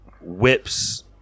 whips